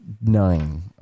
Nine